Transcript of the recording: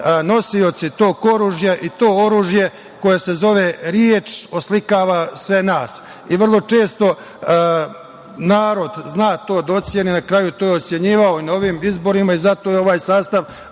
nosioci tog oružja i to oružje koje se zove reč oslikava sve nas. Vrlo često narod zna to da oceni. Na kraju, to je ocenjivao i na ovim izborima i zato je ovaj sastav